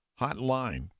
hotline